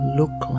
look